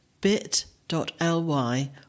bit.ly